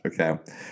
okay